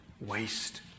waste